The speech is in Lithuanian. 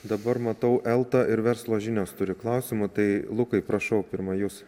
dabar matau elta ir verslo žinios turi klausimų tai lukai prašau pirma jūs